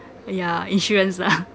yeah insurance lah